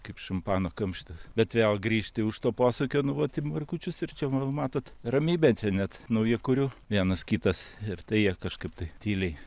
kaip šampano kamštis bet vėl gryšti už to posūkio nu vat į markučius ir čia va matot ramybė čia net naujakurių vienas kitas ir tai jie kažkaip tai tyliai